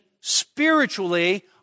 spiritually